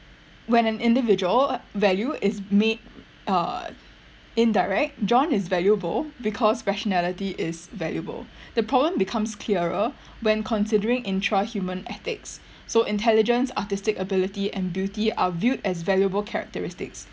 when an individual value is made uh indirect John is valuable because rationality is valuable the problem becomes clearer when considering intrahuman ethics so intelligence artistic ability and beauty are viewed as valuable characteristics